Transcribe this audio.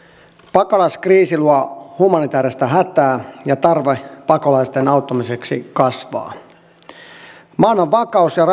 pakolaiskriisi luo humanitääristä hätää ja tarve pakolaisten auttamiseksi kasvaa maailman vakaus ja